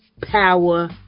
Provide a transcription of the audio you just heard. power